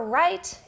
right